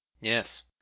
Yes